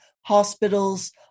hospitals